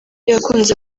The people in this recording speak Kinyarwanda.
yakunze